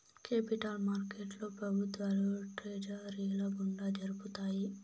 capital మార్కెట్లో ప్రభుత్వాలు ట్రెజరీల గుండా జరుపుతాయి